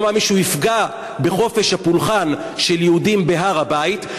לא מאמין שהוא יפגע בחופש הפולחן של יהודים בהר-הבית.